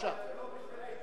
זה תיאטרון אבסורד.